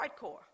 hardcore